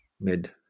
mid